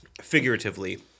Figuratively